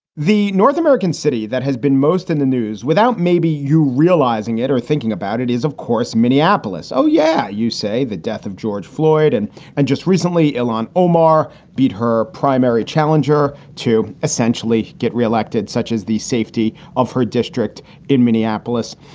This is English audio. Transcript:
the north american city that has been most in the news, without maybe you realizing it or thinking about it, is, of course, minneapolis. oh yeah. you say the death of jorge floyd. and and just recently, ellen omar beat her primary challenger to essentially get re-elected, such as the safety of her district in minneapolis.